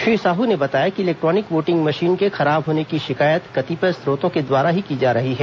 श्री साहू ने बताया कि इलेक्ट्रॉनिक वोटिंग मशीन के खराब होने की शिकायत कतिपय स्रोतों के द्वारा ही की जा रही है